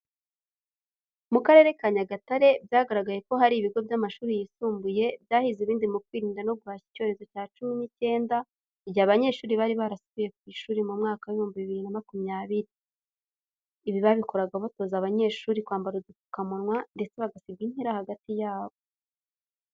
Mu Karere ka Nyagatare byagaragaye ko hari ibigo by'amashuri yisumbuye byahize ibindi mu kwirinda no guhashya icyorezo cya Kovide cyumi n'icyenda, igihe abanyeshuri bari barasubiye ku ishuri mu mwaka w'ibihumbi bibiri na makumyabiri. Ibi babikoraga batoza abanyeshuri kwambara udupfukamunwa ndetse bagasiga intera hagati yabo.